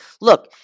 Look